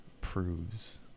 proves